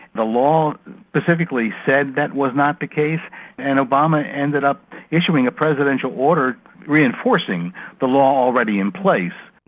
the law specifically said that was not the case and obama ended up issuing a presidential order reinforcing the law already in place.